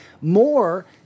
more